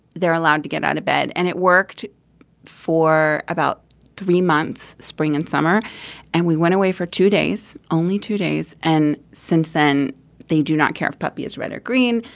they're allowed to get out of bed. and it worked for about three months spring and summer and we went away for two days only two days. and since then they do not care if puppy is red or green.